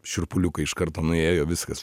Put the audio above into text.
šiurpuliukai iš karto nuėjo viskas